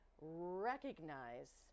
recognize